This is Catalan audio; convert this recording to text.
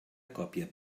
còpia